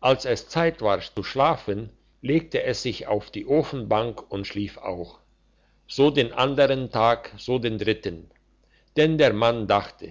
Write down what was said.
als es zeit war zu schlafen legte es sich auf den ofenbank und schlief auch so den andern tag so den dritten denn der mann dachte